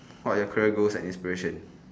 what are your career goals and inspirations